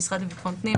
המשרד לביטחון פנים,